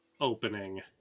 opening